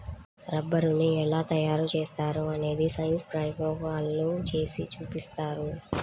రబ్బరుని ఎలా తయారు చేస్తారో అనేది సైన్స్ ప్రయోగాల్లో చేసి చూపిస్తారు